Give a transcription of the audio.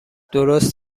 درست